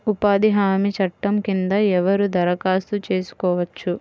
ఉపాధి హామీ చట్టం కింద ఎవరు దరఖాస్తు చేసుకోవచ్చు?